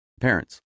parents